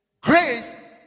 Grace